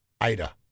Ida